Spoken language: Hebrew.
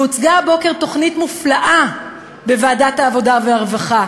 הוצגה הבוקר תוכנית מופלאה בוועדת העבודה והרווחה,